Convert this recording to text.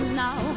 now